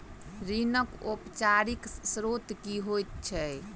ऋणक औपचारिक स्त्रोत की होइत छैक?